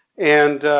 and,